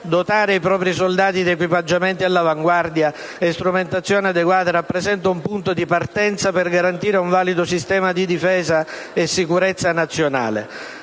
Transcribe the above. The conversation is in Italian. Dotare i propri soldati di equipaggiamenti all'avanguardia e strumentazioni adeguate rappresenta un punto di partenza per garantire un valido sistema di difesa e sicurezza nazionale.